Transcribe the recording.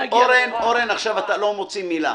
אורן חזן, מעכשיו אתה לא מוציא מילה.